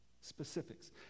Specifics